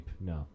No